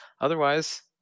otherwise